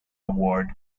award